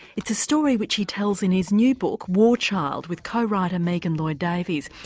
it's a story which he tells in his new book war child with co-writer megan lloyd davies.